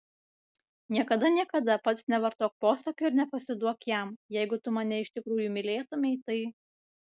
niekada niekada pats nevartok posakio ir nepasiduok jam jeigu tu mane iš tikrųjų mylėtumei tai